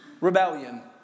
rebellion